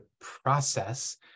process